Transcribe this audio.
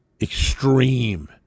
extreme